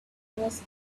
was